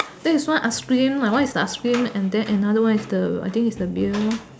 there is one ice cream my one is the ice cream and then another one is the I think is the billiard lor